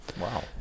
Wow